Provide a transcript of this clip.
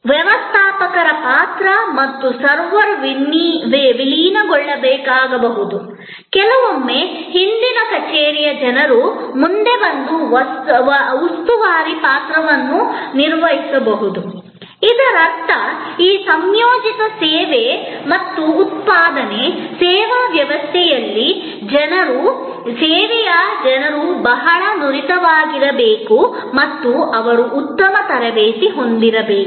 ವ್ಯವಸ್ಥಾಪಕರ ಪಾತ್ರ ಮತ್ತು ಸರ್ವರ್ ವಿಲೀನಗೊಳ್ಳಬೇಕಾಗಬಹುದು ಕೆಲವೊಮ್ಮೆ ಹಿಂದಿನ ಕಚೇರಿಯ ಜನರು ಮುಂದೆ ಬಂದು ಉಸ್ತುವಾರಿ ಪಾತ್ರವನ್ನು ನಿರ್ವಹಿಸಬಹುದು ಇದರರ್ಥ ಈ ಸಂಯೋಜಿತ ಸೇವೆ ಮತ್ತು ಉತ್ಪಾದನೆ ಸೇವಾ ವ್ಯವಸ್ಥೆಯಲ್ಲಿ ಜನರು ಇರಬೇಕು ಸೇವೆಯ ಜನರು ಬಹು ನುರಿತವರಾಗಿರಬೇಕು ಮತ್ತು ಅವರು ಉತ್ತಮ ತರಬೇತಿ ಹೊಂದಿರಬೇಕು